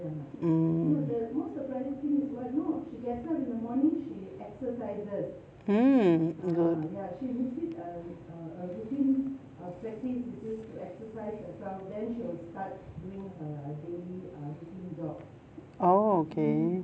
mm mm orh okay